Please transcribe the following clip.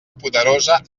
poderosa